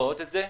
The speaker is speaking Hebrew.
רואות את זה,